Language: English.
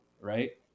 right